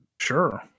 Sure